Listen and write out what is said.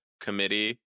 committee